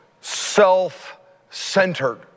self-centered